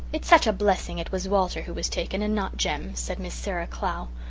it's such a blessing it was walter who was taken and not jem, said miss sarah clow.